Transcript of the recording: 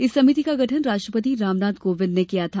इस समिति का गठन राष्ट्रपति रामनाथ कोविंद ने किया था